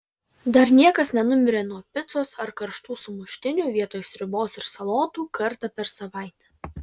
dar niekas nenumirė nuo picos ar karštų sumuštinių vietoj sriubos ir salotų kartą per savaitę